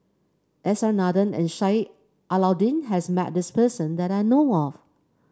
S R Nathan and Sheik Alau'ddin has met this person that I know of